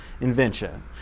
invention